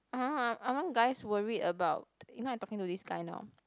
aren't guys worried about you know I talking to this guy now